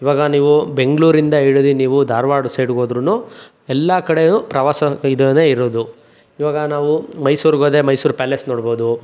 ಇವಾಗ ನೀವು ಬೆಂಗಳೂರಿಂದ ಹಿಡಿದು ನೀವು ಧಾರವಾಡ ಸೈಡ್ಗೋದ್ರೂ ಎಲ್ಲ ಕಡೆಯು ಪ್ರವಾಸ ಇದುವೇ ಇರೋದು ಇವಾಗ ನಾವು ಮೈಸೂರಿಗೋದ್ರೆ ಮೈಸೂರು ಪ್ಯಾಲೇಸ್ ನೋಡ್ಬೋದು